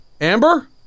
Amber